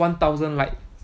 one thousand likes